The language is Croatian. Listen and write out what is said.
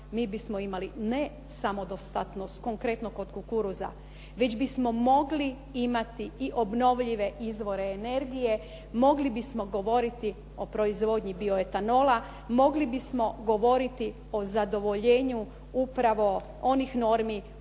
mi bismo imali ne samodostatnost, konkretno kod kukuruza, već bismo mogli imati i obnovljive izvore energije, mogli bismo govoriti o proizvodnji bioetanola, mogli bismo govoriti o zadovoljenju upravo onih normi